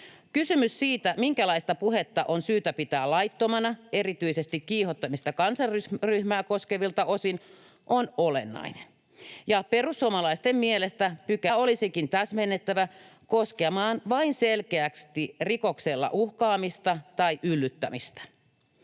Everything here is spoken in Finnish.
Kysymys siitä, minkälaista puhetta on syytä pitää laittomana erityisesti kiihottamista kansanryhmää vastaan koskevilta osin, on olennainen, ja perussuomalaisten mielestä pykälää olisikin täsmennettävä koskemaan vain selkeästi rikoksella uhkaamista tai yllyttämistä.